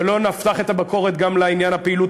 ולא נפתח את הביקורת גם לעניין הפעילות